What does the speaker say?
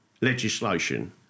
legislation